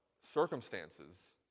circumstances